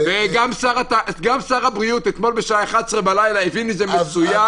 גם שר הבריאות אתמול בשעה 23:00 בלילה הבין את זה מצוין.